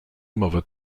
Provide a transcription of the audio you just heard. mother